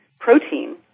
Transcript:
protein